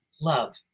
love